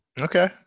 Okay